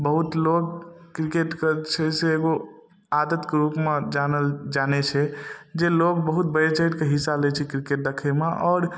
बहुत लोक किरकेटके छै से एगो आदतके रूपमे जानल जानै छै जे लोक बहुत बढ़ि चढ़िकऽ हिस्सा लै छै किरकेट देखैमे आओर